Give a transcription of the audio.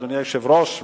אדוני היושב-ראש,